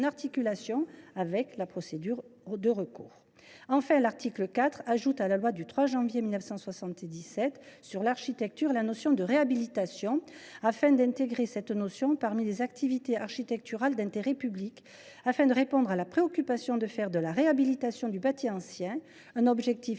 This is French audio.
articulation avec la procédure de recours. Enfin, l’article 4 ajoute à la loi du 3 janvier 1977 sur l’architecture la notion de réhabilitation, afin d’intégrer celle ci parmi les activités architecturales d’intérêt public, dans le dessein de répondre à la préoccupation de faire de la réhabilitation du bâti ancien un objectif